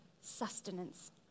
sustenance